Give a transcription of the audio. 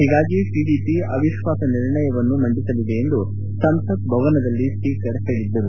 ಹೀಗಾಗಿ ಟಿಡಿಪಿ ಅವಿಶ್ಲಾಸ ನಿರ್ಣಯವನ್ನು ಮಂಡಿಸಲಿದೆ ಎಂದು ಸಂಸತ್ ಭವನದಲ್ಲಿ ಸ್ಪೀಕರ್ ಹೇಳಿದ್ದರು